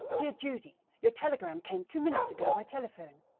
dear judy your telegram came two minutes ago by telephone.